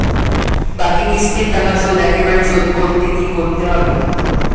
বাকি কিস্তির টাকা শোধ একবারে শোধ করতে কি করতে হবে?